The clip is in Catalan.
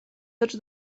tots